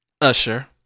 Usher